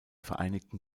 vereinigten